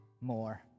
more